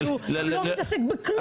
אז הוא לא מתעסק בכלום.